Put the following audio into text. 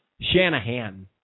Shanahan